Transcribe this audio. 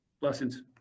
Blessings